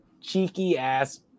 cheeky-ass